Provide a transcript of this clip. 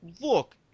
Look